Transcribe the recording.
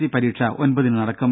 C പരീക്ഷ ഒൻപതിന് നടക്കും